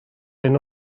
hyn